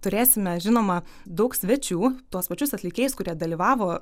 turėsime žinoma daug svečių tuos pačius atlikėjus kurie dalyvavo